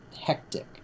hectic